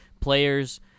Players